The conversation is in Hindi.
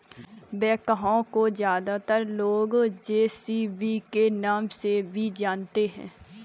बैकहो को ज्यादातर लोग जे.सी.बी के नाम से भी जानते हैं